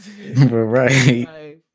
Right